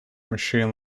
machine